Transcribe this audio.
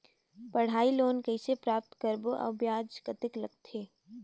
पढ़ाई लोन कइसे प्राप्त करबो अउ ब्याज कतेक लगथे?